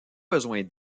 besoin